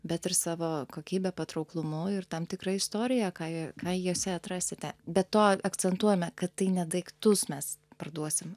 bet ir savo kokybe patrauklumu ir tam tikra istorija ką jie ką jose atrasite be to akcentuojame kad tai ne daiktus mes parduosim